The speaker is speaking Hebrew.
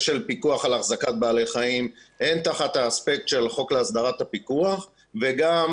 של פיקוח על החזקת בעלי חיים הן תחת האספקט של חוק להסדרת הפיקוח וגם